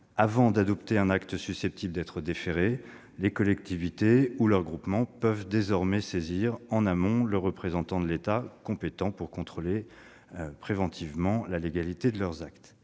Avant d'adopter un acte susceptible d'être déféré, les collectivités territoriales ou leurs groupements peuvent ainsi désormais saisir, en amont, le représentant de l'État compétent pour contrôler la légalité de leurs actes.